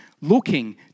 looking